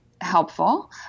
helpful